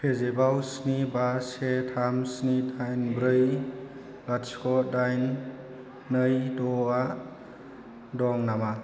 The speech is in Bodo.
पेजेफआव स्नि बा से थाम स्नि दाइन ब्रै लाथिख' दाइन नै द'आ दं नामा